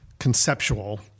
conceptual